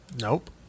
Nope